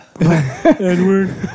Edward